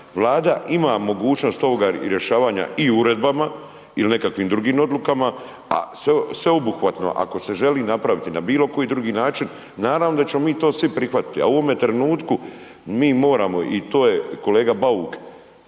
Vlada ima mogućnost ovoga rješavanja i uredbama il nekakvim drugim odlukama, a sveobuhvatno ako se želi napraviti na bilo koji drugi način naravno da ćemo mi to svi prihvatiti. A u ovome trenutku mi moramo i to je kolega Bauk,